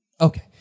Okay